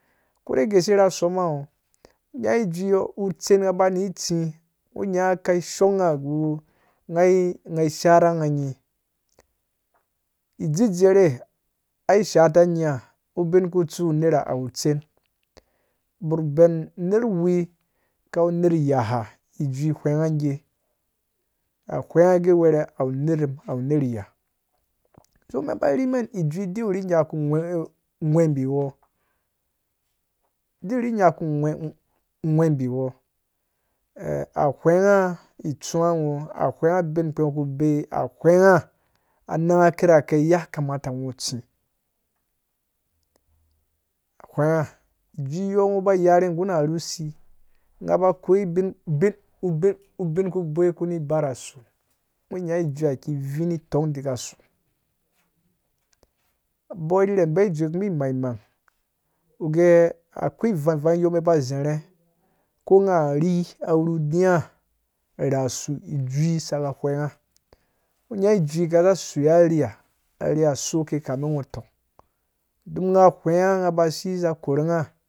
A korha guse a soma ngho nya jui yɔɔ utsen ba ni itsi nya ka shɔɔng gu ngha sharangha nyi dzidzerhe ai shaata nyiha ubin ku tsu unerha awu tsen bor ben nerwi kawu ner yaha ijui ghweengha go a ghweengha gee were awu ner ya don men ba rhime ijui di wuri, ayaku ghwebi wɔɔ di wuri nyaku ghweebi wɔɔ eh a ghwengha itsũwũ ngho aghwengha ubin kpi ngho ku beyi aghwengha anang kirakɛ yaka mata ngho tsi ghwengha ijui yɔɔ ngho ba akoi ubin ku bewe kuni bara su ngho nya jui ro ki dziri bara su bo rhere bo dzowu kubi maimang gee akwai vang yɔɔ bi ba zerhe ko ngha arhi ha arhi soke kamin ngho teng ngh ghwengha basi za korungha